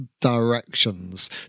directions